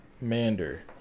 Mander